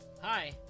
Hi